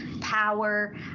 power